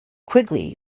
quigley